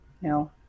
No